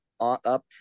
up